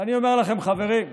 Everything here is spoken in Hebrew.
ואני אומר לכם, חברים,